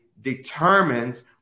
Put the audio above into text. determines